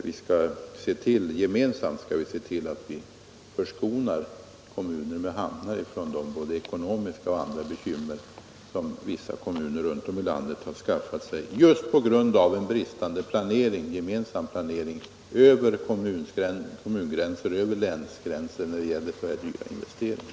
Vi skall gemensamt se till att vi förskonar kommuner med ham nar från de ekonomiska och andra bekymmer som vissa kommuner runt om i landet har skaffat sig just på grund av bristande gemensam planering över kommunoch länsgränserna när det gäller så här dyra investeringar.